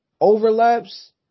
overlaps